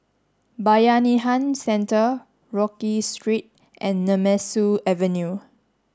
Bayanihan Centre Rodyk Street and Nemesu Avenue